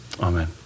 Amen